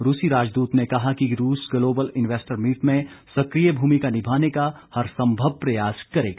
रूसी राजदूत ने कहा कि रूस ग्लोबल इंवेस्टर मीट में सक्रिय भूमिका निभाने का हरसंभव प्रयास करेगा